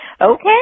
okay